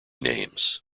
names